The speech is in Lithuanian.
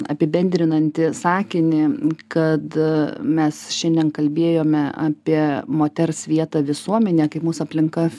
apibendrinantį sakinį kad mes šiandien kalbėjome apie moters vietą visuomenėje kaip mus aplinka